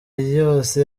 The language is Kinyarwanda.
yose